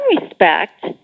respect